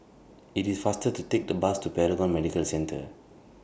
IT IS faster to Take The Bus to Paragon Medical Centre